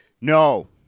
No